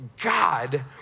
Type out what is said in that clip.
God